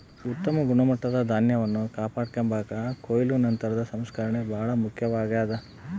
ಉತ್ತಮ ಗುಣಮಟ್ಟದ ಧಾನ್ಯವನ್ನು ಕಾಪಾಡಿಕೆಂಬಾಕ ಕೊಯ್ಲು ನಂತರದ ಸಂಸ್ಕರಣೆ ಬಹಳ ಮುಖ್ಯವಾಗ್ಯದ